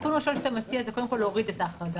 התיקון הראשון שאתה מציע זה קודם כול להוריד את ההחרגה,